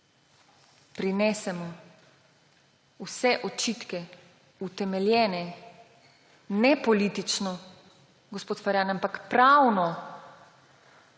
prinesemo vse očitke, utemeljene ne politično, gospod Ferjan, ampak pravno,